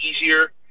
easier